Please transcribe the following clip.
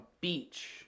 beach